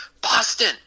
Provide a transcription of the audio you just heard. Boston